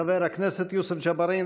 חבר הכנסת יוסף ג'בארין,